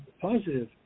positive